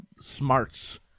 smarts